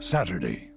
Saturday